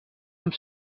amb